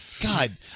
God